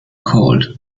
cold